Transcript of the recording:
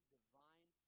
divine